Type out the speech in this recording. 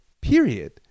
period